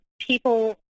People